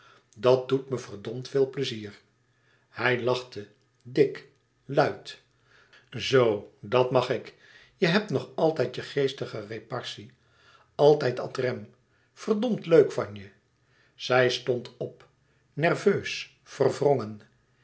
dat doet me verdomd veel pleizier hij lachte dik luid zoo dat mag ik je hebt nog altijd je geestige repartie altijd ad rem verdmd leuk van je zij stond op nerveus verwrongen